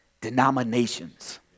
denominations